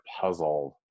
puzzled